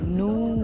new